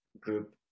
group